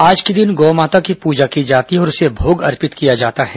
आज के दिन गौ माता की पूजा की जाती है और उसे भोग अर्पित किया जाता है